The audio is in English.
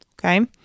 okay